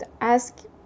ask